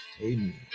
amen